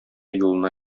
юлына